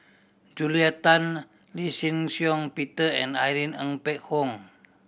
Julia Tan Lee Shih Shiong Peter and Irene Ng Phek Hoong